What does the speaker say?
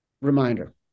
Reminder